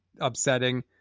upsetting